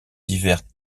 divers